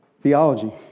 theology